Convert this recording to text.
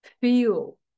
feel